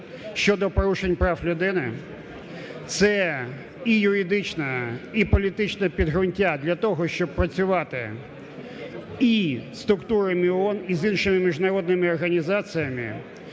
щодо порушень прав людини. Це і юридичне, і політичне підґрунтя для того, щоб працювати і з структурами ООН, і з іншими міжнародними організаціями